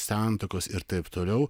santuokos ir taip toliau